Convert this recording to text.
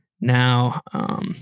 Now